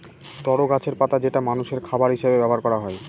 তরো গাছের পাতা যেটা মানষের খাবার হিসেবে ব্যবহার করা হয়